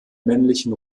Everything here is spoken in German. männlichen